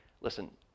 listen